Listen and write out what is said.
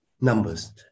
numbers